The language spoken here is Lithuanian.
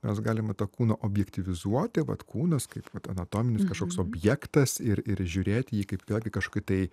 mes galime tą kūną objektyvizuoti vat kūnas kaip kad anatominis kažkoks objektas ir žiūrėti į jį kaip vėlgi kažkokį tai